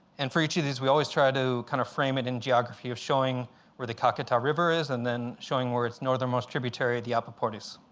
and for each of these, we always try to kind of frame it in geography of showing where the caqueta river is, and then showing where its northernmost tributary, the apaporis.